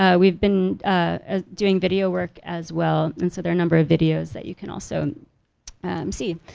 ah we've been ah doing video work as well and so there a number of videos that you can also see.